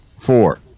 four